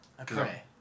Okay